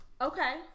Okay